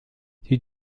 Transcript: sie